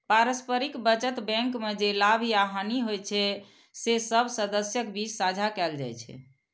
पारस्परिक बचत बैंक मे जे लाभ या हानि होइ छै, से सब सदस्यक बीच साझा कैल जाइ छै